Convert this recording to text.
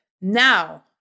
Now